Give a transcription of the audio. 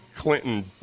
Clinton